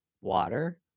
water